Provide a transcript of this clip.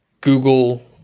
Google